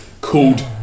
called